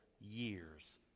years